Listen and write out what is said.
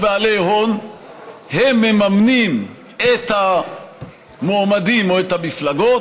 הם מממנים את המועמדים או את המפלגות.